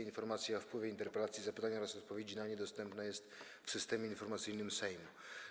Informacja o wpływie interpelacji, zapytań oraz odpowiedzi na nie dostępna jest w Systemie Informacyjnym Sejmu.